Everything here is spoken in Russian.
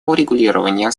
урегулирования